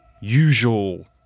usual